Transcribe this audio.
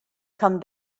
come